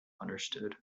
understood